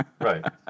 right